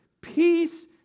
Peace